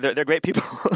they're they're great people